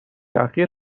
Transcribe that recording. اخیر